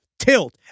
tilt